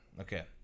Okay